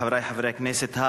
חברי חברי הכנסת,